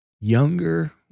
younger